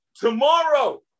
Tomorrow